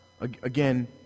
Again